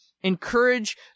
encourage